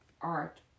art